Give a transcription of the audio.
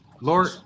Lord